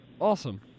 Awesome